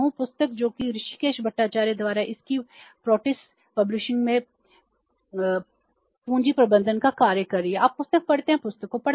पुस्तक जो कि ऋषिकेश भट्टाचार्य द्वारा इसकी प्रेंटिस पब्लिशिंग में पूंजी प्रबंधन का कार्य कर रही है आप पुस्तक पढ़ते हैं पुस्तक को पढ़ते हैं